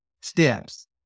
steps